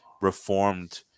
Reformed